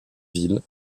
ville